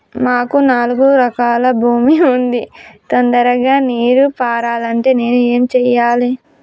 మాకు నాలుగు ఎకరాల భూమి ఉంది, తొందరగా నీరు పారాలంటే నేను ఏం చెయ్యాలే?